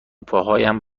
پاهایم